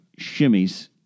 shimmies